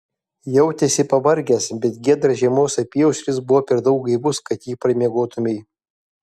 jautėsi pavargęs bet giedras žiemos apyaušris buvo per daug gaivus kad jį pramiegotumei